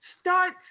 Start